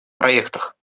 проектах